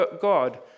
God